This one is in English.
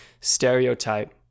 stereotype